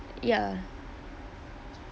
ya